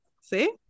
See